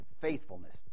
Faithfulness